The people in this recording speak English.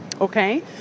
okay